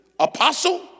Apostle